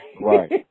Right